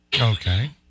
Okay